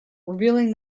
revealing